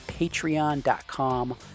patreon.com